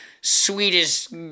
sweetest